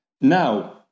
now